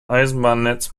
eisenbahnnetz